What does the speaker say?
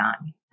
on